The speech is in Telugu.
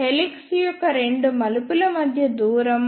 హెలిక్స్ యొక్క రెండు మలుపుల మధ్య దూరం